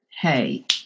Hey